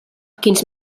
quins